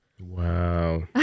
wow